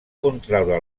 contraure